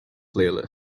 playlist